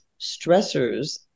stressors